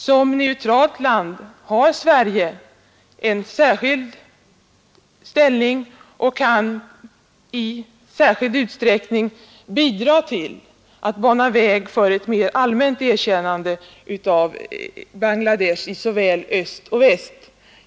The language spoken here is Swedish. Som neutralt land har Sverige en särskild ställning och kan i särskild grad bidra till att bana väg för ett mera allmänt erkännande av Bangladesh i såväl öst som väst.